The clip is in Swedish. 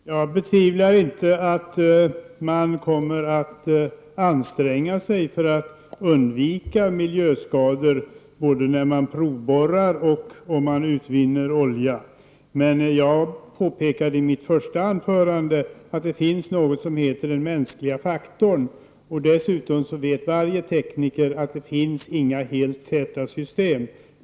Herr talman! Jag betvivlar inte att man kommer att anstränga sig för att undvika miljöskador både när man provborrar och när man utvinner olja. Jag påpekade i mitt anförande att det finns någonting som heter den mänskliga faktorn. Dessutom vet varje tekniker att det inte finns något helt tätt system.